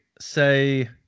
say